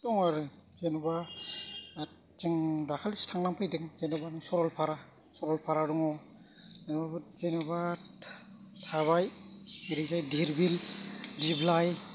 दं आरो जेनेबा जों दाखालिसो थांनानै फैदों जेनेबा बे सरलपारा सरलपारा दङ जेनेबा थाबाय ओरैजाय धिरबिल दिब्लाय